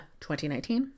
2019